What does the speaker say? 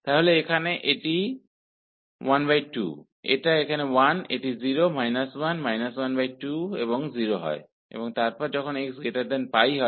तो यहाँ 1 2 है यहाँ 1 है यहाँ 0 −1 1 2 और 0 है और जब xπ है तब यह 0 पर कनवर्ज हो जाता है